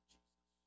Jesus